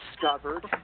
discovered